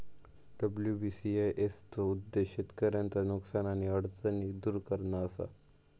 WBCIS चो उद्देश्य शेतकऱ्यांचा नुकसान आणि अडचणी दुर करणा असा